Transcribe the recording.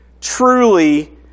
truly